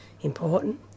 important